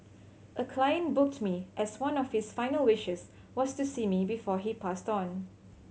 a client booked me as one of his final wishes was to see me before he passed on